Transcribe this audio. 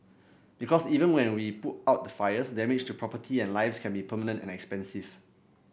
because even when we can put out the fires damage to property and lives can be permanent and expensive